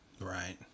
Right